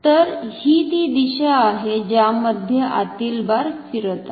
तर हि ती दिशा आहेत ज्यामध्ये आतील बार फिरत आहे